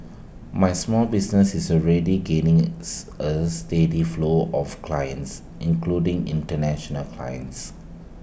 my small business is already gaining is A steady flow of clients including International clients